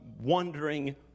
wondering